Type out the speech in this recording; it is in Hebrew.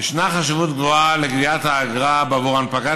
ישנה חשיבות גבוהה לגביית האגרה בעבור הנפקת